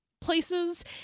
Places